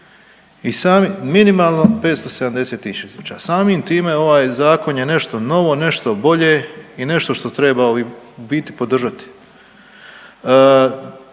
… minimalno 570.000. Samim time ovaj zakon je nešto novo, nešto bolje i nešto treba u biti podržati.